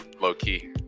low-key